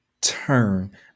turn